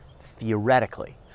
theoretically